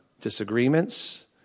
disagreements